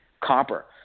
copper